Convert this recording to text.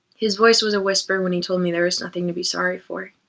his voice was a whisper when he told me there was nothing to be sorry for.